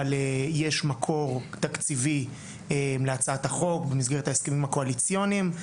אבל יש מקור תקציבי להצעת החוק במסגרת ההסכמים הקואליציוניים.